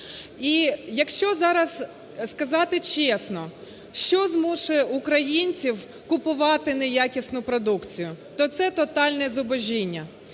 І якщо зараз сказати чесно, що змушує українців купувати неякісну продукцію, то це тотальне зубожіння.